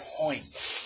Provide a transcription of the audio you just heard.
point